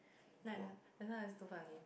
then I just that's why its so funny